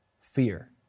Fear